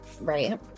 Right